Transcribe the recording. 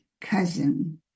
cousin